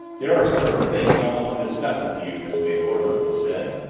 there are certain things i want to discuss with you, miss van gorder, he said.